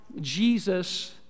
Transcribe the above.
Jesus